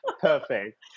Perfect